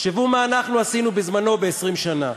תחשבו מה אנחנו עשינו בזמננו ב-20 שנה.